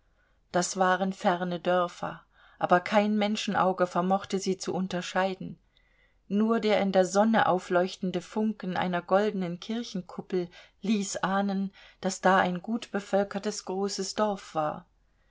das waren ferne dörfer aber kein menschenauge vermochte sie zu unterscheiden nur der in der sonne aufleuchtende funken einer goldenen kirchenkuppel ließ ahnen daß da ein gut bevölkertes großes dorf war